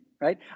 right